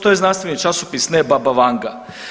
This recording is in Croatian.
To je znanstveni časopis ne baba Vanga.